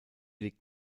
liegt